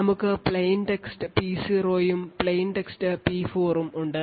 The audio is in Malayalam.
നമുക്ക് പ്ലെയിൻ ടെക്സ്റ്റ് P0 ഉം പ്ലെയിൻ ടെക്സ്റ്റ് P4 ഉം ഉണ്ട്